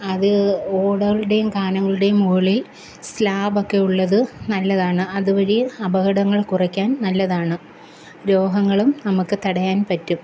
അത് ഓടകളുടെയും കാനുകളുടെയും മുകളില് സ്ലാബ് ഒക്കെ ഉള്ളത് നല്ലതാണ് അതുവഴി അപകടങ്ങള് കുറയ്ക്കാന് നല്ലതാണ് രോഗങ്ങളും നമുക്ക് തടയാന് പറ്റും